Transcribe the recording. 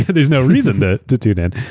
yeah there's no reason to to tune in.